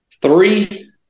three